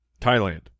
Thailand